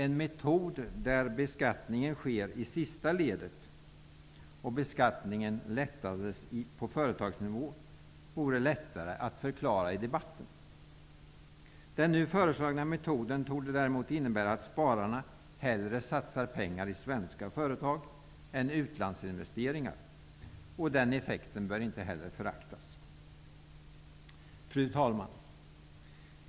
En metod där beskattningen sker i sista ledet -- och beskattningen lättas på företagsnivå -- är lättare att förklara i debatten. Den nu föreslagna metoden torde däremot innebära att spararna hellre satsar pengar i svenska företag än i utlandsinvesteringar. Den effekten bör inte föraktas. Fru talman!